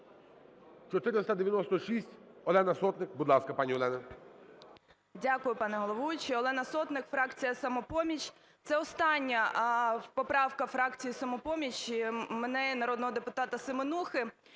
496, Олена Сотник. Будь ласка, пані Олена. 10:08:32 СОТНИК О.С. Дякую, пане головуючий. Олена Сотник, фракція "Самопоміч". Це остання поправка фракції "Самопоміч", мене і народного депутата Семенухи.